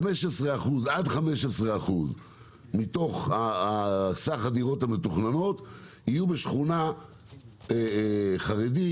עד 15% מתוך סך הדירות המתוכננות יהיו בשכונה חרדית,